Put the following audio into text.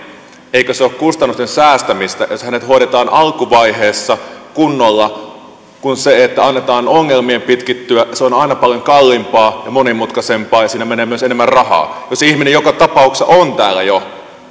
eikö se ole kustannusten säästämistä jos hänet hoidetaan alkuvaiheessa kunnolla toisin kuin se että annetaan ongelmien pitkittyä se on on aina paljon kalliimpaa ja monimutkaisempaa ja siinä menee myös enemmän rahaa jos ihminen joka tapauksessa on jo täällä